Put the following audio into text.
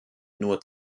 nur